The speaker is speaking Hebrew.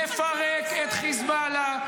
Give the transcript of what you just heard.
נפרק את חיזבאללה,